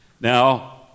Now